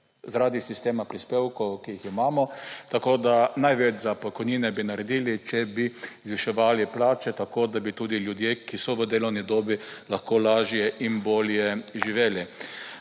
Zaradi sistema prispevkov, ki jih imamo, tako da največ za pokojnine bi naredili, če bi zviševali plače tako, da bi tudi ljudje, ki so v delovni dobi lahko lažje in bolje živeli.